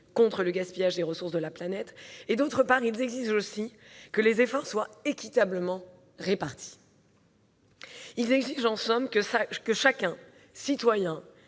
contre le gaspillage des ressources de la planète, et, d'autre part, que les efforts soient équitablement répartis. Ils exigent, en somme, que chacun, citoyen,